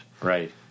Right